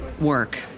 work